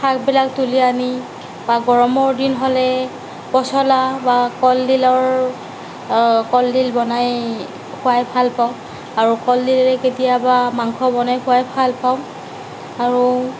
শাকবিলাক তুলি আনি বা গৰমৰ দিন হ'লে পচলা বা কলডিলৰ কলডিল বনাই খুৱাই ভালপাওঁ আৰু কলডিলেৰে কেতিয়াবা মাংস বনাই খুৱাই ভালপাওঁ আৰু